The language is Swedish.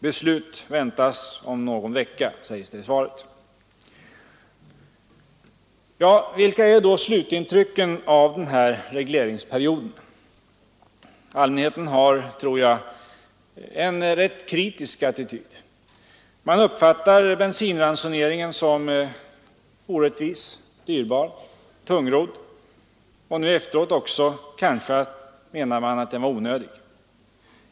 Beslut väntas om någon vecka, sägs det i svaret. Vilka är då slutintrycken av den här regleringsperioden? Allmänheten har, tror jag, en rätt kritisk attityd. Man uppfattar bensinransoneringen som orättvis, dyrbar och tungrodd, och nu efteråt menar man kanske också att den var onödig.